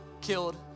killed